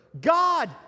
God